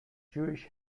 jewish